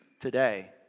today